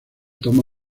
toma